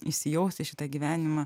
įsijaust į šitą gyvenimą